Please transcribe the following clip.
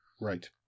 Right